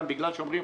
גם בגלל שאומרים,